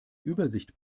übersicht